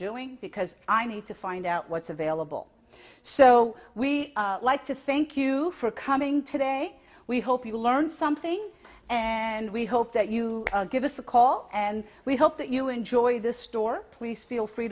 doing because i need to find out what's available so we like to thank you for coming today we hope you learned something and we hope that you give us a call and we hope that you enjoy the store please feel free